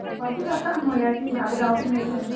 भाजी खाता मुळ्याची आतां गांवठी मेळटा न्हू